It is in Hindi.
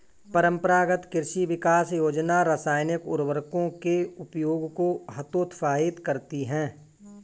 परम्परागत कृषि विकास योजना रासायनिक उर्वरकों के उपयोग को हतोत्साहित करती है